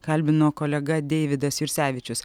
kalbino kolega deividas jursevičius